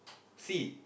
C